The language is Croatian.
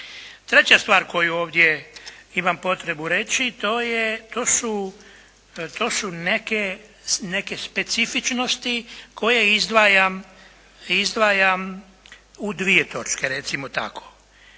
Treća stvar koju ovdje imam potrebu reći, to su neke specifičnosti koje izdvajam u dvije točke, recimo tako.